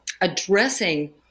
addressing